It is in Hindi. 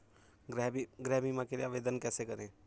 गृह बीमा के लिए आवेदन कैसे करें?